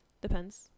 depends